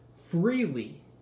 freely